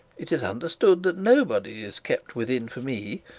it is understood that nobody is kept within for me.